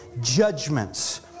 judgments